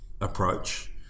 approach